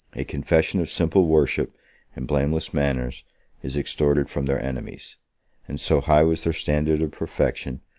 a confession of simple worship and blameless manners is extorted from their enemies and so high was their standard of perfection,